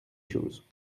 choses